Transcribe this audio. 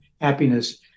happiness